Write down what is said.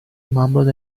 mumbled